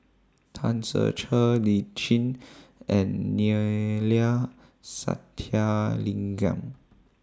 Tan Ser Cher Lee Tjin and Neila Sathyalingam